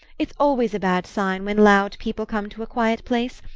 it's always a bad sign when loud people come to a quiet place.